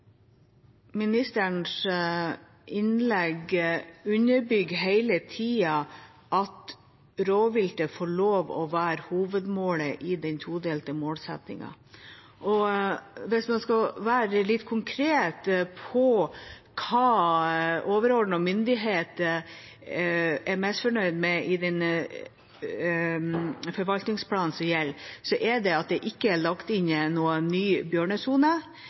Ministerens innlegg underbygger hele tida at rovviltet får lov til å være hovedmålet i den todelte målsettingen. Hvis en skal være litt konkret på hva overordnet myndighet er misfornøyd med i den forvaltningsplanen som gjelder, er det at det ikke er lagt inn noen ny bjørnesone.